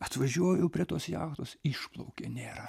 atvažiuoju prie tos jachtos išplaukė nėra